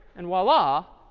and voila,